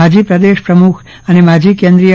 માજી પ્રદેશ પ્રમુખ અને માજી કેન્દ્રીય